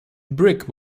brick